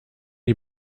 die